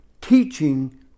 Teaching